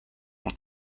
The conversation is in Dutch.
want